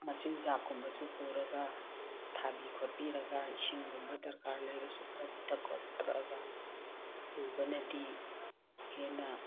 ꯃꯆꯤꯟꯖꯥꯛ ꯀꯨꯝꯕꯁꯨ ꯄꯨꯔꯒ ꯊꯥꯕꯤ ꯈꯣꯠꯄꯤꯔꯒ ꯏꯁꯤꯡꯒꯨꯝꯕ ꯗꯔꯀꯥꯔ ꯂꯩꯔꯁꯨ ꯈꯔ ꯄꯤꯠꯊꯛ ꯈꯣꯠꯂꯛꯑꯒ ꯄꯨꯕꯅꯗꯤ ꯍꯦꯟꯅ